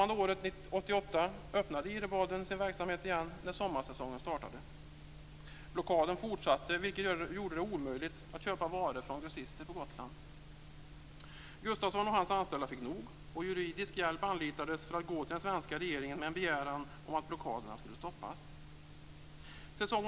Detta Blockaden fortsatte, vilket gjorde det omöjligt att köpa varor från grossister på Gotland. Gustafsson och hans anställda fick nog, och juridisk hjälp anlitades för att gå till den svenska regeringen med en begäran om att blockaderna skulle stoppas.